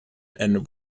and